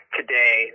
today